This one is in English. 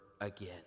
again